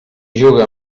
juga